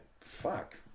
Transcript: fuck